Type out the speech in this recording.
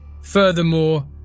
Furthermore